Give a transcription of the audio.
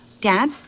Dad